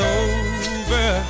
over